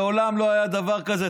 מעולם לא היה דבר כזה.